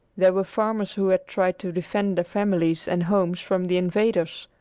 there were farmers who had tried to defend their families and homes from the invaders.